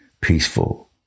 peaceful